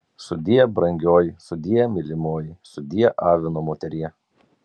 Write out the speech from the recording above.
sudie brangioji sudie mylimoji sudie avino moterie